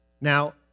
Now